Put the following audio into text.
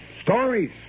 Stories